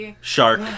Shark